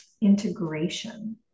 integration